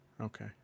Okay